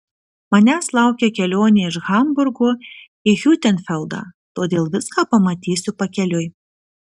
manęs laukia kelionė iš hamburgo į hiutenfeldą todėl viską pamatysiu pakeliui